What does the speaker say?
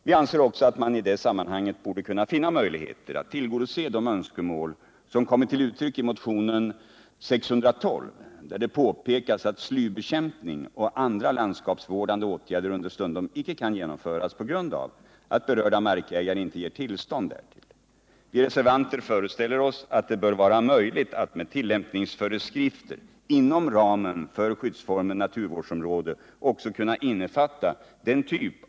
Vi anser också att man i det sammanhanget borde kunna finna möjligheter att tillgodose de önskemål som kommit till uttryck i motionen 1977/78:1612, där det påpekas att slybekämpning och andra landskapsvårdande åtgärder understundom icke kan genomföras på grund av att berörda markägare inte ger tillstånd därtill. Vi reservanter föreställer oss att det bör vara möjligt att — med hjälp av tillämpningsföreskrifter — utöka 174 användningen av skyddsformen naturvårdsområde och där innefatta den typ .